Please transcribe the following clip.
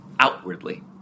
outwardly